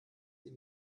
die